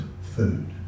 food